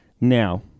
now